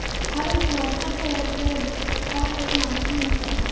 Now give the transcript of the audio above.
हर उपभोक्ता फेयरट्रेड का एक महत्वपूर्ण हिस्सा हैं